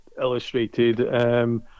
illustrated